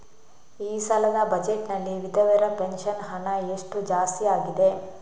ಈ ಸಲದ ಬಜೆಟ್ ನಲ್ಲಿ ವಿಧವೆರ ಪೆನ್ಷನ್ ಹಣ ಎಷ್ಟು ಜಾಸ್ತಿ ಆಗಿದೆ?